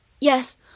Yes